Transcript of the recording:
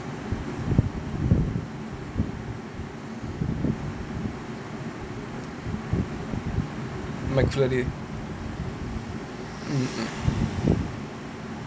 McFlurry